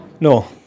No